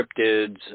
cryptids